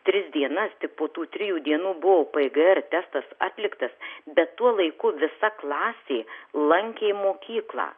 tris dienas tik po tų trijų dienų buvo pgr testas atliktas bet tuo laiku visa klasė lankė mokyklą